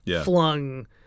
flung